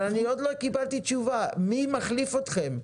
אבל אני עוד לא קיבלתי תשובה, מי מחליף אתכם?